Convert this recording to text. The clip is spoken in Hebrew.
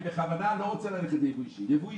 בכוונה אני לא רוצה ללכת לייבוא אישי.